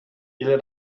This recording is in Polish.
ile